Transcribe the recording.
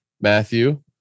Matthew